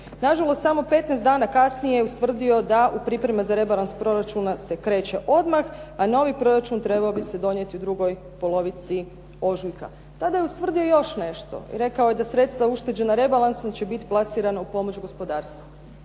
Nažalost samo 15 dana kasnije ustvrdio da u pripremama za rebalans proračuna se kreće odmah a novi proračun trebao bi se donijeti u drugoj polovici ožujka. Tada je ustvrdio još nešto i rekao je da sredstva ušteđena rebalansom će biti plasirana u pomoć gospodarstvu.